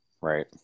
Right